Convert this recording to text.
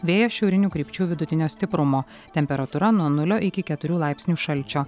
vėjas šiaurinių krypčių vidutinio stiprumo temperatūra nuo nulio iki keturių laipsnių šalčio